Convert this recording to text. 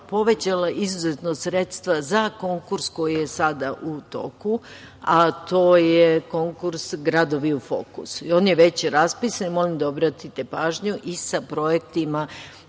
povećala izuzetno sredstva za konkurs koji je sada u toku, a to je konkurs „Gradovi u fokusu“. On je već raspisan i molim vas da obratite pažnju i sa projektima